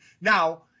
Now